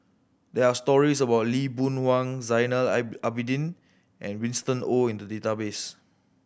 there are stories about Lee Boon Wang Zainal Abidin and Winston Oh in the database